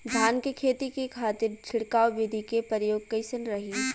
धान के खेती के खातीर छिड़काव विधी के प्रयोग कइसन रही?